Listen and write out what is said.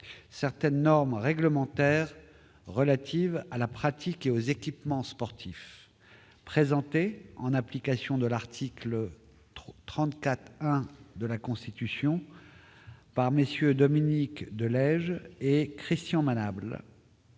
certaines normes réglementaires relatives à la pratique et aux équipements sportifs présentée, en application de l'article 34-1 de la Constitution, par MM. Dominique de Legge, Christian Manable,